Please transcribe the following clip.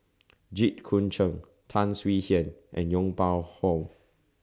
Jit Koon Ch'ng Tan Swie Hian and Yong Pung How